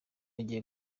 ugiye